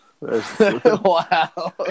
wow